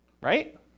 right